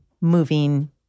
moving